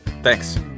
Thanks